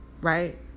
right